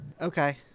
okay